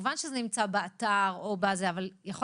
כמובן שזה נמצא באתר או בזה אבל יכול